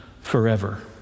forever